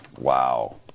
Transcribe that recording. wow